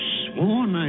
sworn